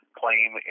claim